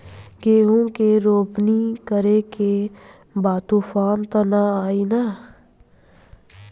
गेहूं के रोपनी करे के बा तूफान त ना आई न?